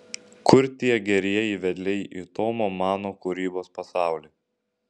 kur tie gerieji vedliai į tomo mano kūrybos pasaulį